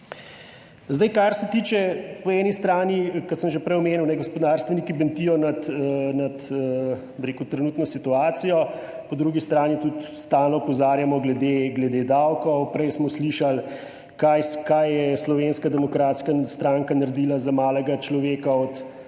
vestjo? Kar se tiče po eni strani, kot sem že prej omenil, gospodarstveniki bentijo nad trenutno situacijo, po drugi strani tudi stalno opozarjamo glede davkov. Prej smo slišali, kaj je Slovenska demokratska stranka naredila za malega človeka, od